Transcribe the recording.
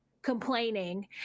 Complaining